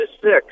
six